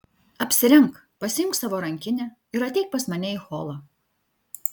apsirenk pasiimk savo rankinę ir ateik pas mane į holą